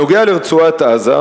בעניין רצועת-עזה,